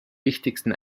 wichtigsten